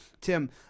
Tim